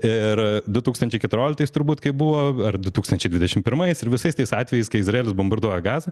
ir du tūkstančiai keturioliktais turbūt kai buvo ar du tūkstančiai dvidešim pirmais ir visais tais atvejais kai izraelis bombarduoja gazą